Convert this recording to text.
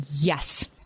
yes